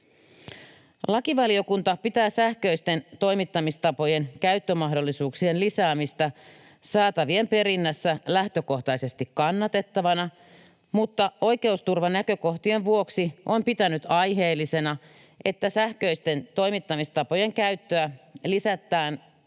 Lakivaliokunta pitää sähköisten toimittamistapojen käyttömahdollisuuksien lisäämistä saatavien perinnässä lähtökohtaisesti kannatettavana, mutta oikeusturvanäkökohtien vuoksi on pitänyt aiheellisena, että sähköisten toimittamistapojen käyttöä lisätään